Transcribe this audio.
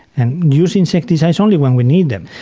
and use insecticides only when we need them.